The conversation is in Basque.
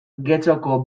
getxoko